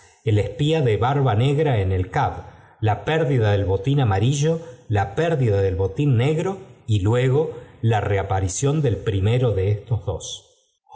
el espía de barba negra en el cah la pérdida del botín amarillo la pérdida del botín negro y luego la reaparición del primero de estos dos